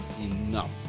enough